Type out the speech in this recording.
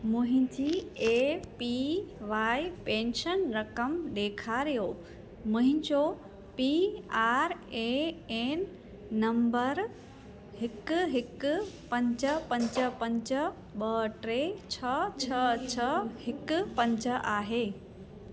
मुंहिंजी A P Y pension रक़म ॾेखारियो मुंहिंजो P R A N number हिकु हिकु पंज पंज पंज ॿ टे छह छह छह हिकु पंज आहे